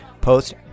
post